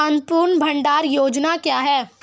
अन्नपूर्णा भंडार योजना क्या है?